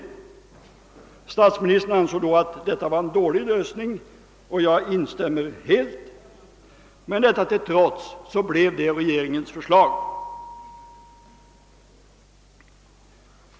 Statsministern ansåg då att detta var en dålig lösning, och jag instämmer helt däri. Men detta till trots blev det regeringens förslag.